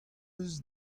eus